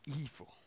evil